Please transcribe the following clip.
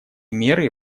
меры